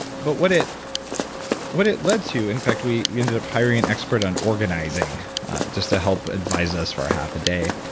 but what it what it led to, in fact, we we ended up hiring an expert on organizing just to help advise us for a half a day,